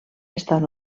estan